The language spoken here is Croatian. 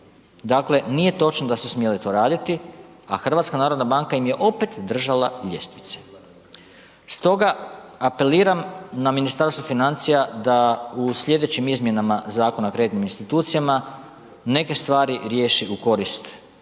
Dakle, nije točno da su smjele to raditi, a HNB im je opet držala ljestvice. Stoga apeliram na Ministarstvo financija da u slijedećim izmjenama Zakona o kreditnim institucijama neke stvari riješi u korist